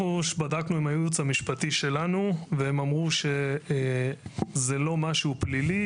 אנחנו בדקנו עם הייעוץ המשפטי שלנו והם אמרו שזה לא משהו פלילי.